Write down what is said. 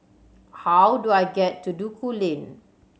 how do I get to Duku Lane